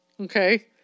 Okay